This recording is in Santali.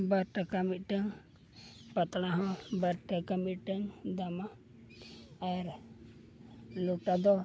ᱵᱟᱨ ᱴᱟᱠᱟ ᱢᱤᱫᱴᱟᱝ ᱯᱟᱛᱲᱟ ᱦᱚᱸ ᱵᱟᱨ ᱴᱟᱠᱟ ᱢᱤᱫᱴᱟᱝ ᱫᱟᱢᱟ ᱟᱨ ᱞᱚᱴᱟ ᱫᱚ